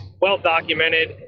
well-documented